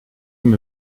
mir